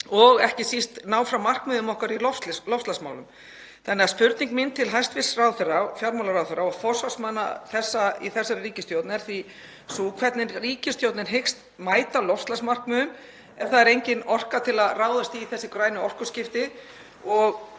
og ekki síst ná fram markmiðum okkar í loftslagsmálum. Spurning mín til hæstv. fjármálaráðherra og forsvarsmanna í þessari ríkisstjórn er því þessi: Hvernig hyggst ríkisstjórnin mæta loftslagsmarkmiðum ef það er engin orka til að ráðast í þessi grænu orkuskipti?